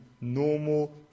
normal